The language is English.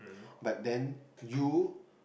but then you